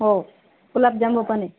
हो गुलाबजामून पण आहे